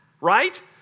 right